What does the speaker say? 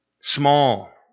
small